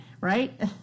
right